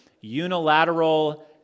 unilateral